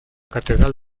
catedral